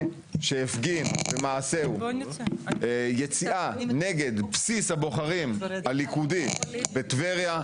שהפגין במעשהו יציאה נגד בסיס הבוחרים הליכודי בטבריה,